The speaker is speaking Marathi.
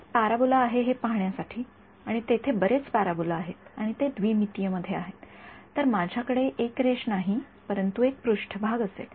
फक्त एक पॅराबोला आहे हे पहाण्यासाठी आणि तेथे बरेच पॅराबोलाआहेत आणि ते द्विमितीय मध्ये आहेत तर माझ्याकडे एक रेष नाहीपरंतु एक पृष्ठभाग असेल